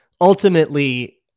Ultimately